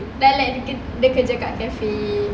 then like dia kerja kat cafe